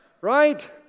Right